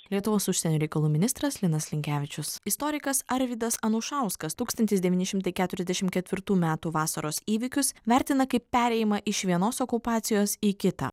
lietuvos užsienio reikalų ministras linas linkevičius istorikas arvydas anušauskas tūkstantis devyni šimtai keturiasdešim ketvirtų metų vasaros įvykius vertina kaip perėjimą iš vienos okupacijos į kitą